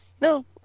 no